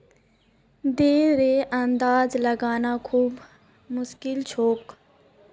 दरेर अंदाजा लगाना खूब मुश्किल छोक